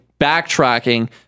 backtracking